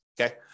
Okay